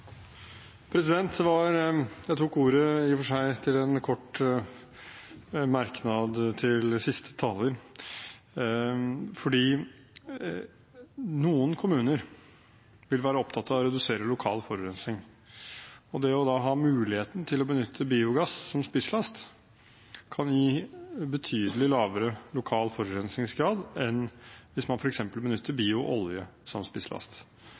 kort merknad til siste taler, fordi noen kommuner vil være opptatt av å redusere lokal forurensning, og da å ha muligheten til å benytte biogass som spisslast kan gi betydelig lavere lokal forurensningsgrad enn hvis man f.eks. benytter bioolje som spisslast,